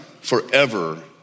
forever